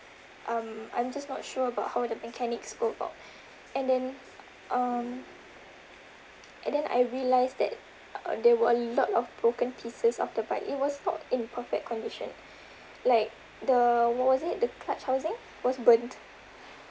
um I'm just not sure about how the mechanics all about and then um and then I realised that uh there were a lot of broken pieces of the bike it was not in perfect condition like the was it the clutch housing was burned